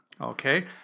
Okay